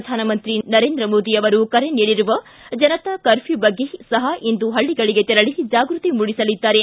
ಪ್ರಧಾನಮಂತ್ರಿ ನರೇಂದ್ರ ಮೋದಿ ಅವರು ಕರೆ ನೀಡಿರುವ ಜನತಾ ಕರ್ಫ್ಯೂ ಬಗ್ಗೆ ಸಹ ಇಂದು ಹಳ್ಳಿಗಳಿಗೆ ತೆರಳಿ ಜಾಗೃತಿ ಮೂಡಿಸಲಿದ್ದಾರೆ